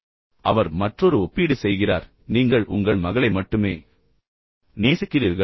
இப்போது அவர் மற்றொரு ஒப்பீடு செய்கிறார் அவர் கூறுகிறார் நீங்கள் உங்கள் மகளை மட்டுமே நேசிக்கிறீர்கள்